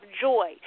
joy